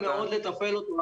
קל מאוד לתפעל אותו.